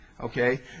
Okay